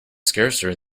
scarcer